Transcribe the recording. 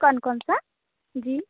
कौन कौन सा जी